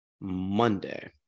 Monday